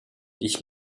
ich